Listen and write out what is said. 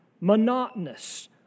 monotonous